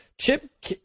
Chip